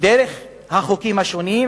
דרך החוקים השונים,